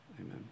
Amen